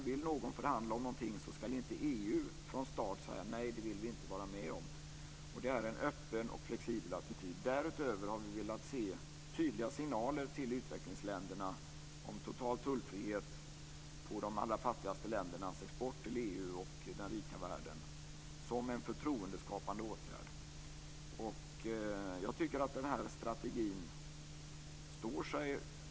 Vill någon förhandla om någonting ska inte EU från start säga att man inte vill vara med om det. Det är en öppen och flexibel attityd. Därutöver har vi velat se tydliga signaler till utvecklingsländerna om total tullfrihet på de allra fattigaste ländernas export till EU och den rika världen som en förtroendeskapande åtgärd. Jag tycker att den strategin står sig.